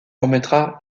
remettra